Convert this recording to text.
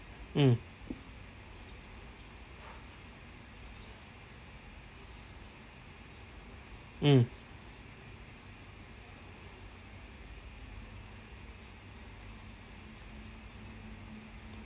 mm mm